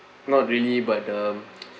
not really but um